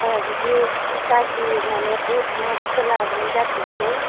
अ बिदि खाजि माने बुट मुगखौ लाबोनाय जाथोंसै